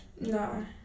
No